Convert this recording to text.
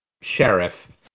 sheriff